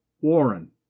Warren